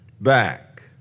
back